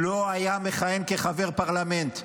לא היה מכהן כחבר פרלמנט.